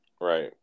Right